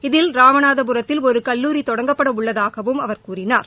இதில் ராமநாதபுரத்தில் ஒரு கல்லூரி தொடங்கப்பட உள்ளதாகவும் அவர் கூறினார்